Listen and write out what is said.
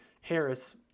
Harris